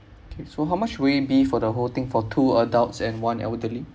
okay so how much will it be for the whole thing for two adults and one elderly